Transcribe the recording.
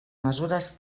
mesures